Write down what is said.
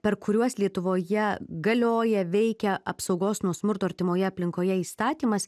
per kuriuos lietuvoje galioja veikia apsaugos nuo smurto artimoje aplinkoje įstatymas